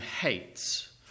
hates